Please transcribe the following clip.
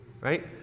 Right